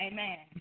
Amen